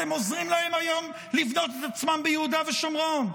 אתם עוזרים להם היום לבנות את עצמם ביהודה ושומרון,